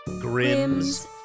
Grimm's